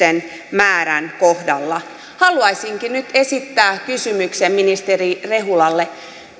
määrän kohdalla haluaisinkin nyt esittää kysymyksen ministeri rehulalle